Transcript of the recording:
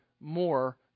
more